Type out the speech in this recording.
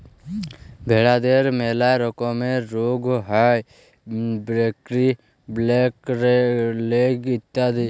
ভেরাদের ম্যালা রকমের রুগ হ্যয় ব্র্যাক্সি, ব্ল্যাক লেগ ইত্যাদি